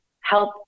help